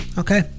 okay